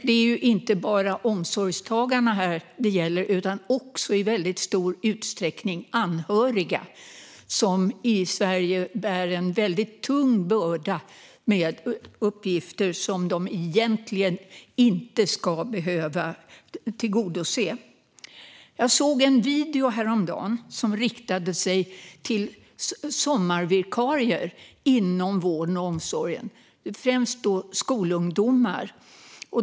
Det är inte bara omsorgstagarna det gäller utan också i väldigt stor utsträckning anhöriga, som i Sverige bär en väldigt tung börda med uppgifter som de egentligen inte ska behöva utföra. Jag såg häromdagen en video som riktar sig till sommarvikarier inom vård och omsorg, främst skolungdomar.